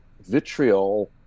Vitriol